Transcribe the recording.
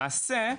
למעשה,